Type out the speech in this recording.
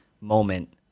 moment –